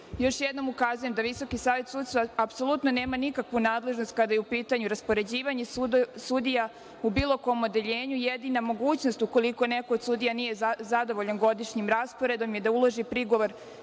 jednom ukazujem da Visoki savet sudstva apsolutno nema nikakvu nadležnost, kada je u pitanju raspoređivanje sudija u bilo kom odeljenju. Jedina mogućnost ukoliko neko od sudija nije zadovoljan godišnjim rasporedom je da uloži prigovor